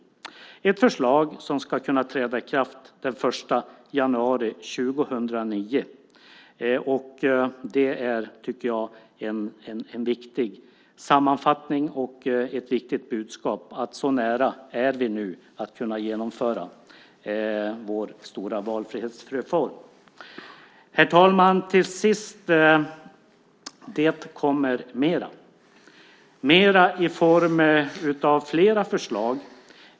Det är ett förslag som ska kunna träda i kraft den 1 januari 2009. Jag tycker att det är en viktig sammanfattning och ett viktigt budskap att vi nu är så nära att kunna genomföra vår stora valfrihetsreform. Herr talman! Det kommer mera. Det kommer mera i form av flera förslag.